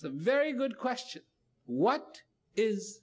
is a very good question what is